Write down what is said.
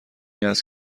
است